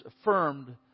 affirmed